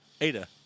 Ada